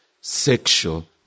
sexual